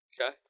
Okay